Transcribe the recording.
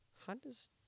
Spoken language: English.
Honda's